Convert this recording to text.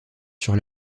sur